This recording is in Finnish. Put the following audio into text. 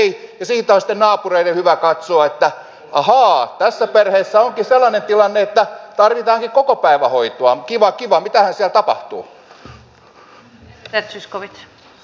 siitä on sitten naapureiden hyvä katsoa että ahaa tässä perheessä onkin sellainen tilanne että tarvitaankin kokopäivähoitoa kiva kiva mitähän siellä tapahtuu